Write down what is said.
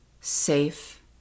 safe